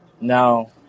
No